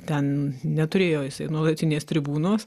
ten neturėjo jisai nuolatinės tribūnos